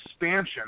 expansion